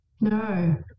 No